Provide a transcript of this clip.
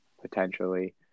potentially